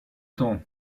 temps